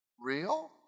real